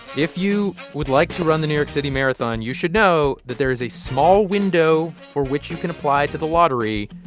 if you would like to run the new york city marathon, you should know that there is a small window for which you can apply to the lottery.